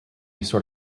sort